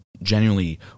genuinely